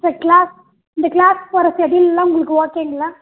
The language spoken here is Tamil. சார் க்ளாஸ் இந்த க்ளாஸுக்கு வர செட்யூலெல்லாம் உங்களுக்கு ஓகேங்களா